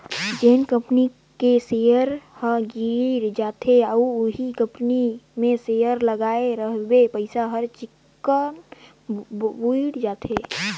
जेन कंपनी के सेयर ह गिर जाथे अउ उहीं कंपनी मे सेयर लगाय रहिबे पइसा हर चिक्कन बुइड़ जाथे